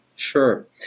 Sure